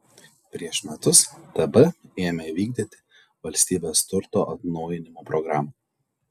prieš metus tb ėmė vykdyti valstybės turto atnaujinimo programą